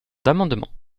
d’amendements